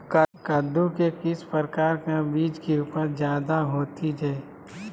कददु के किस प्रकार का बीज की उपज जायदा होती जय?